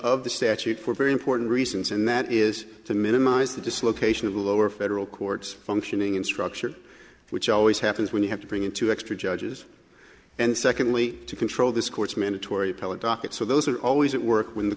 of the statute for very important reasons and that is to minimize the dislocation of the lower federal courts functioning in structure which always happens when you have to bring in two extra judges and secondly to control this court's mandatory appellate docket so those are always at work when the